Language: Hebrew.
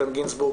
איתן גינזבורג,